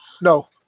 no